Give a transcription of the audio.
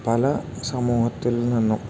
പല സമൂഹത്തിൽ നിന്നും